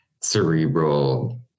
cerebral